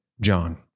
John